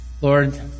Lord